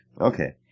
okay